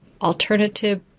alternative